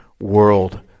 world